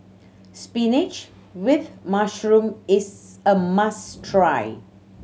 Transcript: spinach with mushroom is a must try